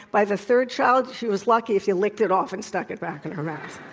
by the third child, she was lucky if you licked it off and stuck it back in her mouth.